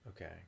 Okay